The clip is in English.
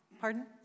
Pardon